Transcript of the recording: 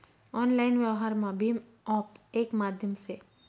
online व्यवहारमा भीम app येक माध्यम से